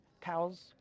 cows